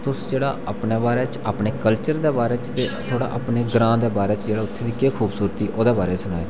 तुस जेहड़ा अपने बारे च अपने कल्चर दे बारे च थोह्ड़ा अपने ग्रां दे बारे च ओह्दी केह् खूबसूरती ऐ ओह्दे बारे च सनाएओ